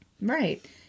right